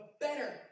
better